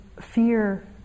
fear